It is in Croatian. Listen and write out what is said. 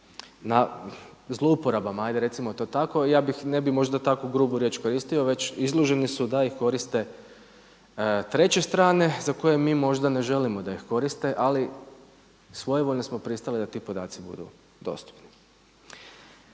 na zlouporabama, ajde recimo to tako i ja bih, ne bih možda tako grubu riječ koristio već izloženi su da ih koriste treće strane za koje mi možda ne želimo da ih koriste ali svojevoljno smo pristali da ti podaci budu dostupni.